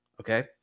Okay